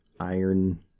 Iron